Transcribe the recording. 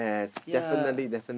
ya